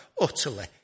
utterly